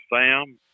Sam